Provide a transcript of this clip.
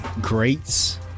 greats